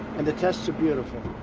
and the tests are beautiful.